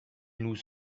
nous